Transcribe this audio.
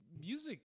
music